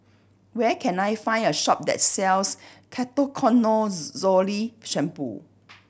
where can I find a shop that sells Ketoconazole Shampoo